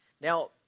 Now